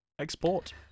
export